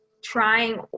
trying